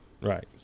right